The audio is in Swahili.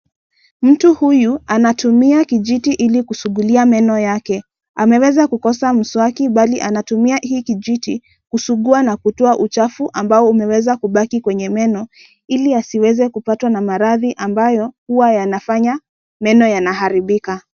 Mtu huyu anatumia kijiti ili kusugilia meno yake. Ameweza kukosa mswaki bali anatumia hii kijiti, kusugua na kutoa uchafu ambao umeweza kubaki kwenye meno, ili asiweze kupatwa na maradhi ambayo, huwa yanafanya meno yanaharibika.